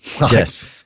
Yes